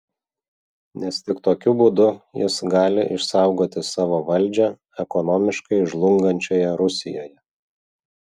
nes tik tokiu būdu jis gali išsaugoti savo valdžią ekonomiškai žlungančioje rusijoje